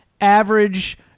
average